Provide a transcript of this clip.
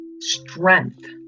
strength